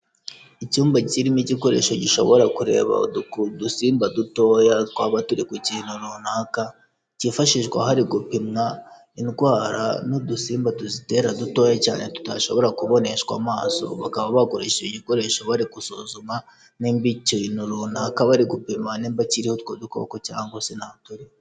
Icyumba kirimo igikoresho gishobora kureba udusimba dutoya twaba turi ku kintu runaka cyifashishwa hari gupimwa indwara n'udusimba tuzitera dutoya cyane tutashobora kuboneshwa amaso, bakaba bakoresha iki gikoresho bari gusuzuma nimba ikintu runaka bari gupima nimba kiriho utwo dukoko cyangwase ntaturiho.